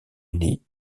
uni